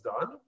done